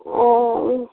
ओ